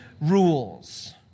rules